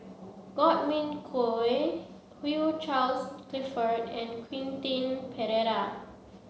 Godwin Koay Hugh Charles Clifford and Quentin Pereira